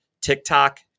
TikTok